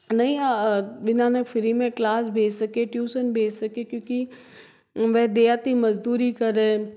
नहीं विना ने फ्री में क्लास भेज सके ट्यूशन भेज सके क्योंकि वे देहाती मजदूरी करें